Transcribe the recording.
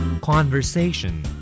Conversation